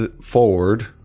forward